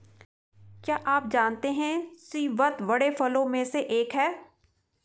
क्या आप जानते है स्रीवत बड़े फूलों में से एक है